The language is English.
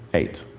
eight.